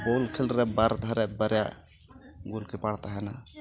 ᱵᱳᱞ ᱠᱷᱮᱞ ᱨᱮ ᱵᱟᱨ ᱫᱷᱟᱨᱮ ᱵᱟᱨᱭᱟ ᱜᱩᱞᱠᱤᱯᱟᱨ ᱛᱟᱦᱮᱸᱱᱟ